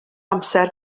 amser